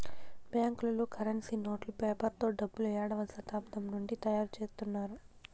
బ్యాంకులలో కరెన్సీ నోట్లు పేపర్ తో డబ్బులు ఏడవ శతాబ్దం నుండి తయారుచేత్తున్నారు